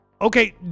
Okay